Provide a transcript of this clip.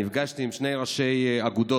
נפגשתי עם שני ראשי אגודות,